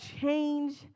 change